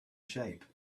shape